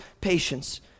patience